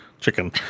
chicken